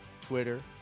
Twitter